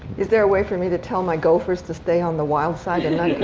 is there a way for me to tell my gophers to stay on the wild side and